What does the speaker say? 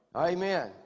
Amen